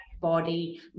body